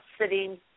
sitting